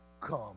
come